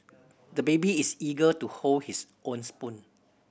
the baby is eager to hold his own spoon